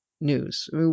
news